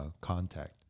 contact